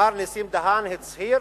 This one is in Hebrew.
מר נסים דהן הצהיר